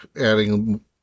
adding